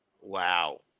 Wow